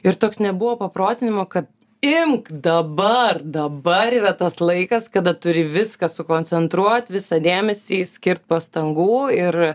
ir toks nebuvo paprotinimo kad imk dabar dabar yra tas laikas kada turi viską sukoncentruot visą dėmesį skirt pastangų ir